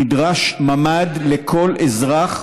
נדרש ממ"ד לכל אזרח